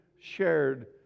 shared